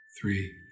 three